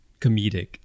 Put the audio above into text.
comedic